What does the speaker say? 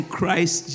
Christ